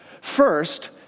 First